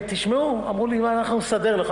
תשמעו אמרו לי: אנחנו נסדר לך,